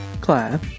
Claire